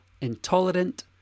intolerant